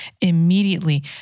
Immediately